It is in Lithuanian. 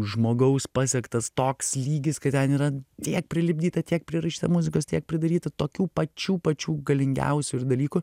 žmogaus pasiektas toks lygis kad ten yra tiek prilipdyta tiek prirašyta muzikos tiek pridaryta tokių pačių pačių galingiausių ir dalykų